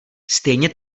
stejně